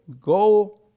Go